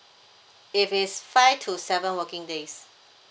if it's five to seven working days